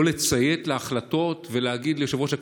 לציית להחלטות ולהגיד ליושב-ראש הכנסת: